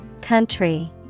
Country